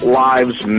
lives